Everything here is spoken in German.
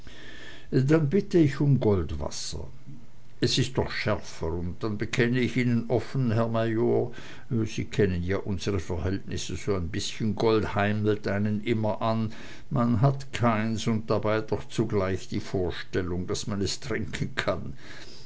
dann bitte ich um goldwasser es ist doch schärfer und dann bekenne ich ihnen offen herr major sie kennen ja unsre verhältnisse so n bißchen gold heimelt einen immer an man hat keins und dabei doch zugleich die vorstellung daß man es trinken kann